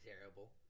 terrible